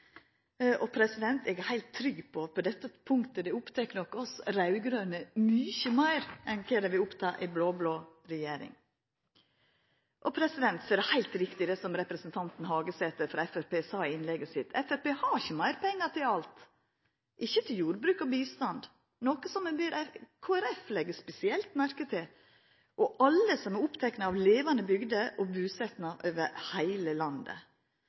Eg er heilt trygg på at dette punktet nok opptek oss raud-grøne mykje meir enn det vil oppta ei blå-blå regjering. Det er heilt riktig som representanten Hagesæter frå Framstegspartiet sa i innlegget sitt: Framstegspartiet har ikkje meir pengar til alt, ikkje til jordbruk og bistand, noko som Kristeleg Folkeparti bør leggja spesielt merke til – og alle som er opptekne av levande bygder og busetnad over heile landet.